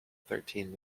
thirteen